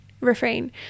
refrain